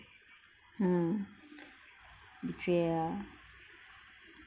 hmm betray ya